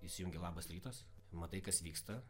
įsijungi labas rytas matai kas vyksta